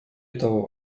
того